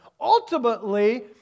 ultimately